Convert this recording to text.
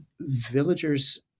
villagers